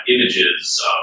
images